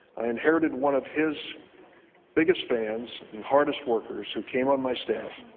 i inherited one of his biggest fans and hardest workers who came on my staff.